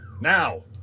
now